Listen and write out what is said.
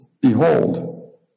Behold